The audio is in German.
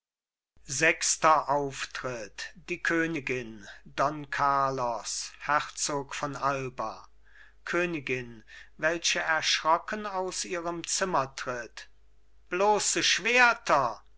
sechster auftritt die königin don carlos herzog von alba königin welche erschrocken aus ihrem zimmer tritt bloße schwerter